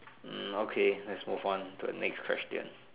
hmm okay let's move on to the next question